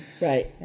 right